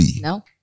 No